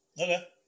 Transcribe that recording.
Okay